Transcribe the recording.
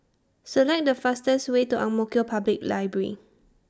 Select The fastest Way to Ang Mo Kio Public Library